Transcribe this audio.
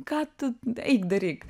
ką tu eik daryk